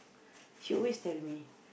she always tell me